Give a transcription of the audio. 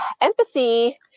empathy